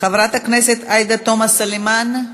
חברת הכנסת עאידה תומא סלימאן.